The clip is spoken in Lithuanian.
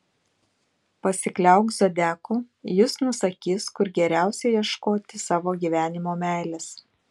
pasikliauk zodiaku jis nusakys kur geriausia ieškoti savo gyvenimo meilės